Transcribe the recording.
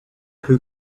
who